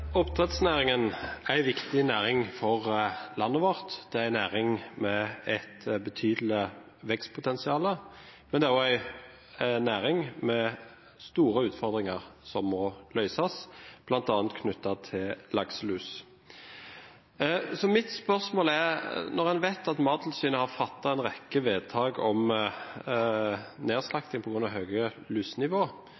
næring med et betydelig vekstpotensial, men det er også en næring med store utfordringer som må løses, bl.a. knyttet til lakselus. Mitt spørsmål er: Når en vet at Mattilsynet har fattet en rekke vedtak om nedslakting